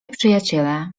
przyjaciele